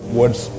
words